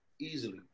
Easily